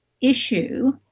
issue